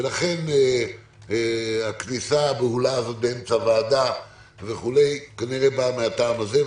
ולכן הכניסה הבהולה הזאת באמצע ועדה וכו' כנראה באה מהטעם הזה.